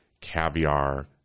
caviar